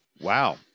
Wow